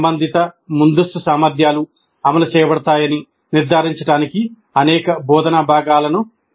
సంబంధిత ముందస్తు సామర్థ్యాలు అమలు చేయబడతాయని నిర్ధారించడానికి అనేక బోధనా భాగాలను ఎంచుకోవచ్చు